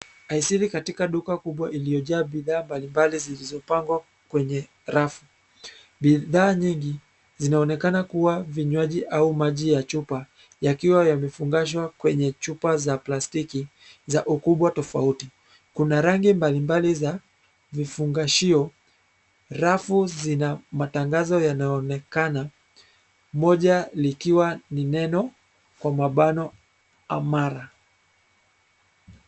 Aisili katika duka iliyojaa bidhaa mbalimbali zilizopangwa kwenye rafu. Bidhaa nyingi zinaonekana kuwa vinywaji au maji ya chupa yakiwa yamefungashwa kwenye chupa za plastiki za ukubwa tofauti. Kuna rangi mbalimbali za vifungashio. Rafu zina matangazo yanaonekana. Moja likiwa ni neno kwa mabano Amara.